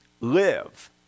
Live